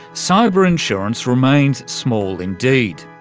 cyber insurance remains small indeed.